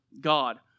God